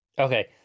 Okay